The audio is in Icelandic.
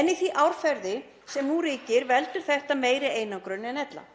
en í því árferði sem nú ríkir veldur þetta meiri einangrun en ella.